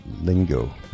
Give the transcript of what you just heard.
lingo